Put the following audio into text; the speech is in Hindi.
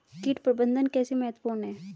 कीट प्रबंधन कैसे महत्वपूर्ण है?